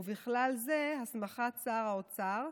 ובכלל זה הסמכת שר האוצר,